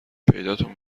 پیداتون